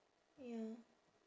ya